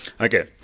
Okay